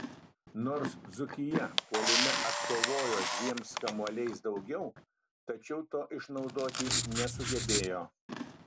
nors dzūkija puolime atkovojo dviems kamuoliais daugiau tačiau to išnaudoti nesugebėjo